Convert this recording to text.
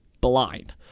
blind